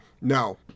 no